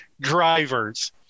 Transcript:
drivers